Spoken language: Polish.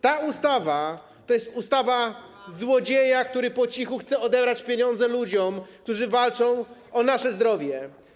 Ta ustawa to jest ustawa złodzieja, który chce po cichu odebrać pieniądze ludziom, którzy walczą o nasze zdrowie.